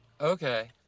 Okay